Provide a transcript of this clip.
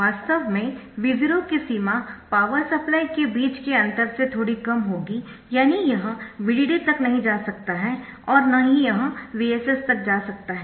वास्तव में V0 की सीमा पावर सप्लाई के बीच के अंतर से थोड़ी कम होगी यानी यह VDD तक नहीं जा सकता और न ही यह VSS तक जा सकता है